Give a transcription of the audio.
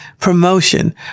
Promotion